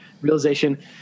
realization